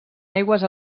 aigües